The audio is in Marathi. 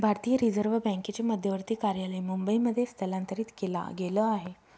भारतीय रिझर्व बँकेचे मध्यवर्ती कार्यालय मुंबई मध्ये स्थलांतरित केला गेल आहे